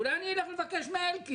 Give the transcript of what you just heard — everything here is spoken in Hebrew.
אולי אני אלך לבקש מאלקין,